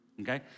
okay